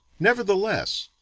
nevertheless,